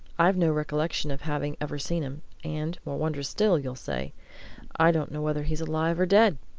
i've no recollection of having ever seen him. and more wondrous still, you'll say i don't know whether he's alive or dead!